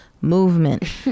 movement